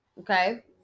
Okay